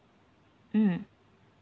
mm